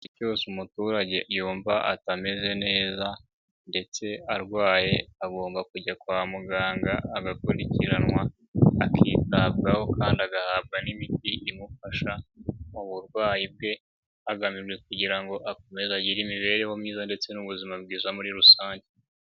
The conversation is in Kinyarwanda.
Igihe cyose umuturage yumva atameze neza ndetse arwaye agomba kujya kwa muganga agakurikiranwa, akitabwaho kandi agahabwa n'imiti imufasha mu burwayi bwe hagamijwe kugira ngo akomeze agire imibereho myiza ndetse n'ubuzima bwiza muri rusange.